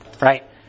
right